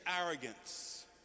arrogance